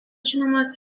žinomas